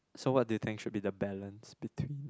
so what do you should be the balance between